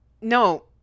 No